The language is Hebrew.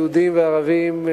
יהודים וערבים,